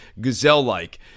gazelle-like